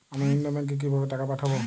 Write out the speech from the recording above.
আমি অন্য ব্যাংকে কিভাবে টাকা পাঠাব?